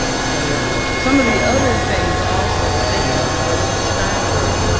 so some of the other things also, thinking of elizabeth steinberg,